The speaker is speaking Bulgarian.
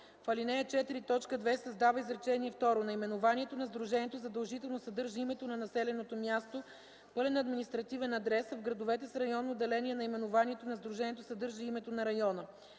ал. 4, т. 2 се създава изречение второ: „Наименованието на сдружението задължително съдържа името на населеното място, пълен административен адрес, а в градовете с районно деление наименованието на сдружението съдържа и името на района.”